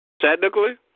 Technically